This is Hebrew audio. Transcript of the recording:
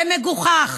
זה מגוחך.